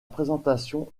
présentation